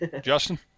Justin